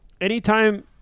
anytime